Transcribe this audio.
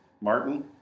Martin